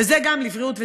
וזה גם מתחבר,